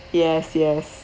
yes yes